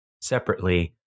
Separately